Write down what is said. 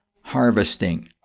harvesting